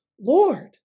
Lord